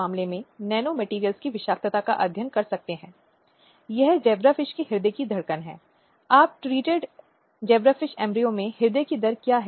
इसलिए मानवीय गरिमा के अधिकारों और रखरखाव का एहसास परिवार की जिम्मेदारी है